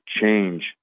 change